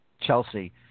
Chelsea